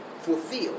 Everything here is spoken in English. fulfill